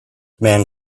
man